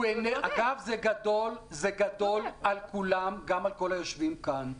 אגב, זה גדול על כולם, גם על כל היושבים כאן.